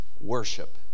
worship